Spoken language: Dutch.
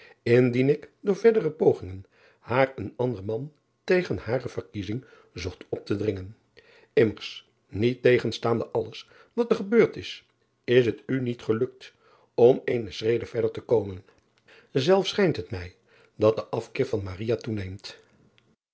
indien ik door verdere pogingen haar een ander man tegen hare verkiezing zocht op te dringen mmers driaan oosjes zn et leven van aurits ijnslager niettegenstaande alles wat er gebeurd is is het u niet gelukt om ééne schrede verder te komen elfs schijnt het mij dat de afkeer van toeneemt